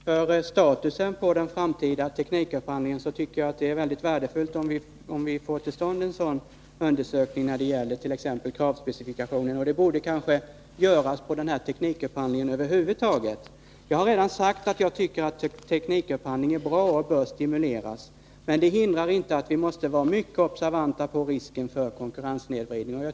Herr talman! Jag tycker att det, inte minst för statusen på den framtida teknikupphandlingen, vore värdefullt om vi kunde få till stånd en sådan undersökning när det gäller t.ex. kravspecifikationen. En sådan undersökning borde kanske omfatta den här TUDIS-upphandlingen i dess helhet. Jag har redan sagt att jag tycker att teknikupphandling är bra och därför bör stimuleras. Detta hindrar inte att vi måste vara mycket observanta när det gäller risken för konkurrenssnedvridning.